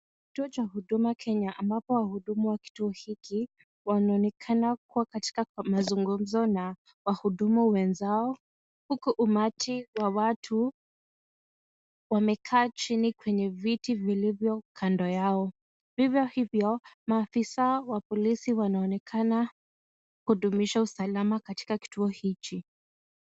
Kituo cha huduma Kenya ambapo wahudumu wa kituo hiki wanaonekana kuwa katika mazungumzo na wahudumu wenzao huku umati wa watu wamekaa chini kwenye viti vilivyoo kando yao. Vivyo hivyo maafisa wa polisi wanaonekana kudumisha usalama katika kituo hichi.